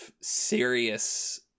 serious